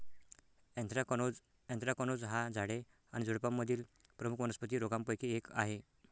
anthracnose anthracnose हा झाडे आणि झुडुपांमधील प्रमुख वनस्पती रोगांपैकी एक आहे